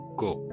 go